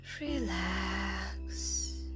Relax